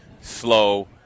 slow